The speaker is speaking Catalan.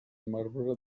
marbre